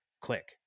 click